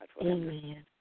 Amen